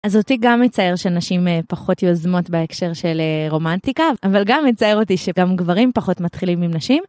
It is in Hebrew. אז אותי גם מצער שנשים פחות יוזמות בהקשר של רומנטיקה, אבל גם מצער אותי שגם גברים פחות מתחילים עם נשים.